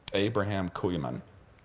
abraham kooiman.